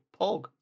pog